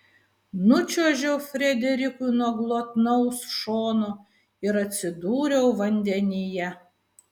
nučiuožiau frederikui nuo glotnaus šono ir atsidūriau vandenyje